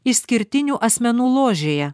išskirtinių asmenų ložėje